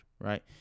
right